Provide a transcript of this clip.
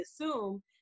assume